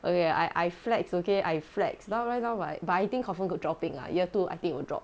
okay I I flex okay I flex now right now my but I think confirm dropping ah year two I think will drop